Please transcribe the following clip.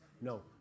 No